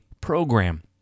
program